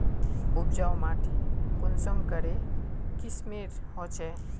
उपजाऊ माटी कुंसम करे किस्मेर होचए?